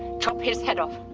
chop his head off.